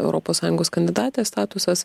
europos sąjungos kandidatės statusas